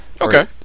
Okay